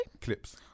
Clips